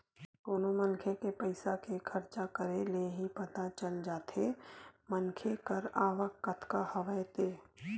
कोनो मनखे के पइसा के खरचा करे ले ही पता चल जाथे मनखे कर आवक कतका हवय ते